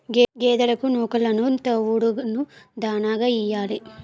గేదెలకు నూకలును తవుడును దాణాగా యియ్యాలి